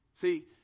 See